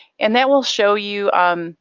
and that will show you